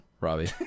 Robbie